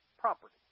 property